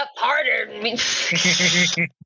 harder